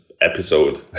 episode